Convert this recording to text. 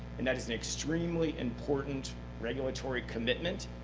and that is an extremely important regulatory commitment.